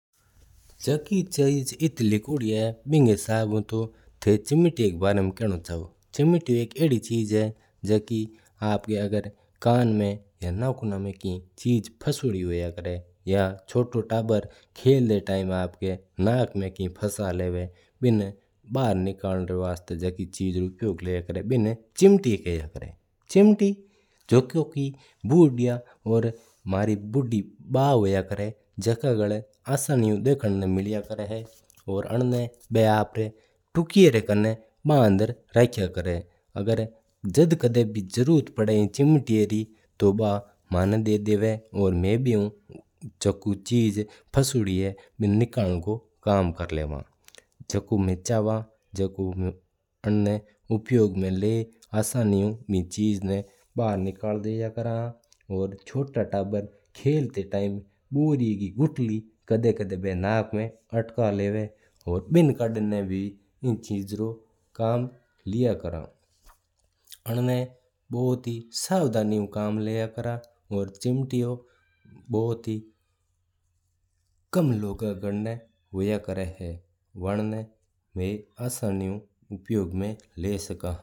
झाकी चीज़ आत लिख्योड़ी है बिना हिसाब उ तो चिमटिया री बारे में खेव है। चिमटा एक आदि चीज है जाकी रोटी पलटणा में कम आवा है। औऱ नौकों में की चीज फसड़ी रेवा तो निकालणा मैनकम आवा है। औऱ अगर छोटा ताबर खेलता टाइम आपणा नाक में की फसा लेवा है बिना बार निकालणा री वास्ता झाकी चीज़ रू उपयोग लिया करा है बिना चिमटियो खेव है। चिमटी झाकी भुडिया औऱ औऱ झाकी भुडिया बा होया करा है जका ग्ला आसानी उ देखना मिल्या करा है। औऱ अन्न ना बा आपणा तुक्या का खाना बंद नँ रखा है अगर जब कदा भी इन चिमटिया री जरुरत पड़ा तो बा मना दी देदवा है। औऱ मै झकों भी चीज निकालणी हुवा बा निकाल लिया करा है आसानी हु ई।